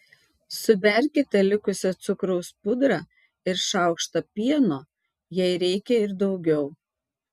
suberkite likusią cukraus pudrą ir šaukštą pieno jei reikia ir daugiau